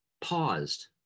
paused